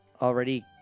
Already